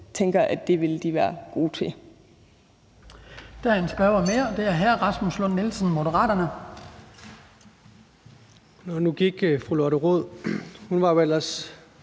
tænker, at de ville være gode til